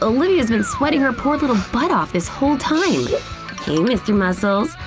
olivia's been sweating her poor little butt off this whole time! hey mr. muscles!